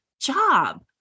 job